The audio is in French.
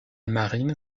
marine